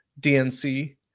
DNC